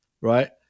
right